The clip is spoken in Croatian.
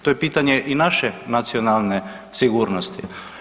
To je pitanje i naše nacionalne sigurnosti.